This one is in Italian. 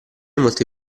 molte